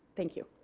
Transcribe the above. thank you.